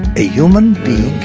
a human being